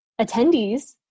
attendees